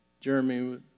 Jeremy